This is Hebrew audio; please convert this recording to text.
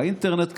האינטרנט,